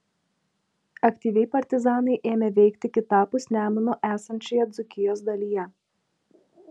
aktyviai partizanai ėmė veikti kitapus nemuno esančioje dzūkijos dalyje